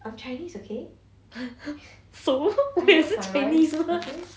so 我也是 chinese mah